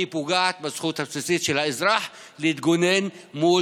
היא פוגעת בזכות הבסיסית של האזרח להתגונן מול